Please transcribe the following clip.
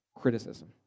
criticism